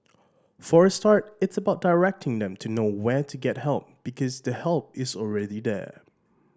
for a start it's about directing them to know where to get help because the help is already there